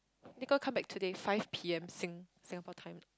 they gonna comeback today five P_M sing Singapore time